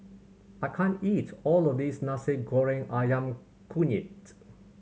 I can't eat all of this Nasi Goreng Ayam Kunyit